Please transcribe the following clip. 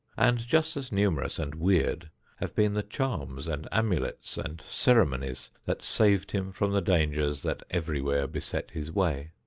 and just as numerous and weird have been the charms and amulets and ceremonies that saved him from the dangers that everywhere beset his way.